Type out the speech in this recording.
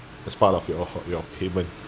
as part of your your payment